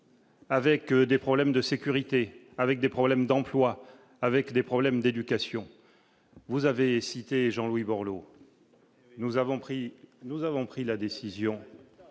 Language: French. Avec des problèmes de sécurité avec des problèmes d'emploi, avec des problèmes d'éducation vous avez cité, Jean-Louis Borloo, nous avons pris, nous